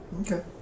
Okay